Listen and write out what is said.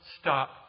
stop